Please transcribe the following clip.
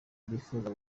bifuza